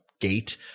gate